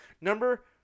Number